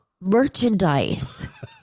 merchandise